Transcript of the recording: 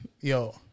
Yo